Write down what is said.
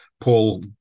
Paul